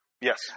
Yes